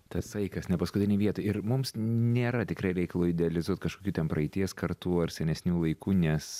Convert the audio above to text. tasai kas ne paskutinei vietoj ir mums nėra tikrai reikalo idealizuot kažkokių ten praeities kartų ar senesnių laikų nes